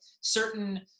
certain